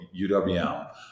UWM